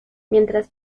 mientras